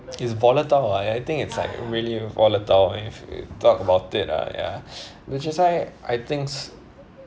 it's volatile ah I I think it's like really volatile and if you talk about it ah ya which is why I thinks